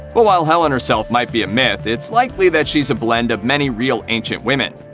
but while helen herself might be a myth, it's likely that she's a blend of many real ancient women.